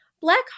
black